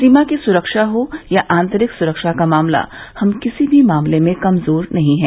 सीमा की सुरक्षा हो या आंतरिक सुरक्षा का मामला हम किसी भी मामले में कमजोर नहीं हैं